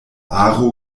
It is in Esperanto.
aro